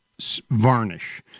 varnish